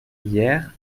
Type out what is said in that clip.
hier